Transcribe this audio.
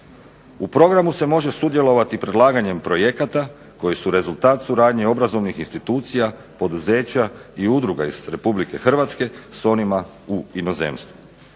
U programu se može sudjelovati i predlaganjem projekata koji su rezultat suradnje obrazovnih institucija, poduzeća i udruga iz Republike Hrvatske s onima u inozemstvu.